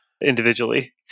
individually